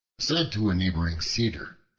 said to a neighboring cedar,